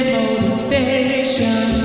motivation